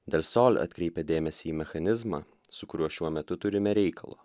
del sol atkreipė dėmesį į mechanizmą su kuriuo šiuo metu turime reikalą